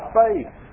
faith